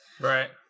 right